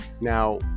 Now